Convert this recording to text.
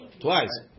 twice